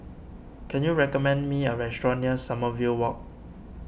can you recommend me a restaurant near Sommerville Walk